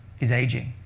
is aging.